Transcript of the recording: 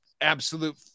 absolute